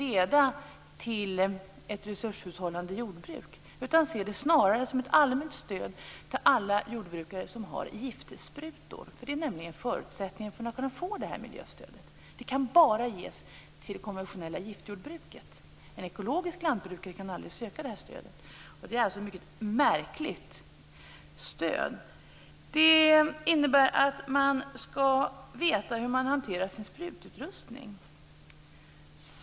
Det är nämligen förutsättningen för att man skall kunna få det miljöstödet. Det kan bara ges till det konventionella giftjordbruket. Det är alltså ett mycket märkligt stöd. Det innebär att man skall veta hur man hanterar sin sprututrustning.